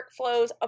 workflows